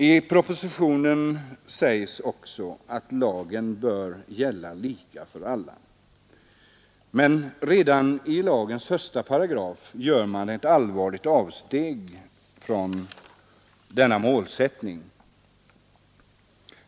I propositionen sägs också att lagen bör gälla lika för alla. Men redan i lagens första paragraf gör man ett allvarligt avsteg från denna målsättning.